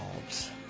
bulbs